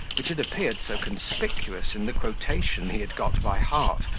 which had appeared so conspicuous in the quotation he had got by heart,